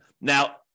Now